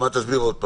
תסביר עוד פעם.